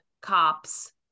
cops